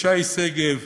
שי שגב,